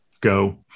go